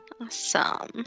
Awesome